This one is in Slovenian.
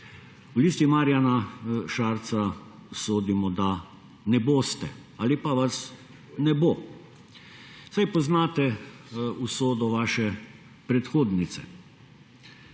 V Listi Marjana Šarca sodimo, da ne boste, ali pa vas ne bo. Saj poznate usodo vaše predhodnice.